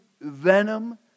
venom